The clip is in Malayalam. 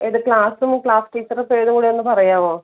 ഏത് ക്ലാസും ക്ലാസ് ടീച്ചറുടെ പേരും കൂടെയൊന്നു പറയാമോ